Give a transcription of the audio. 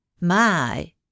My